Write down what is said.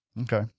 Okay